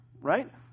Right